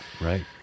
right